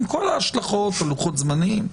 עם כל ההשלכות על לוחות זמנים,